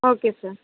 okay sir